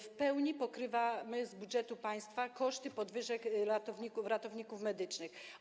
W pełni pokrywamy z budżetu państwa koszty podwyżek ratowników medycznych.